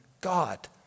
God